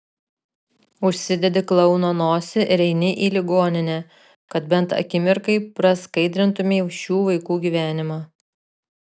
užsidedi klouno nosį ir eini į ligoninę kad bent akimirkai praskaidrintumei šių vaikų gyvenimą